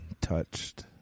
touched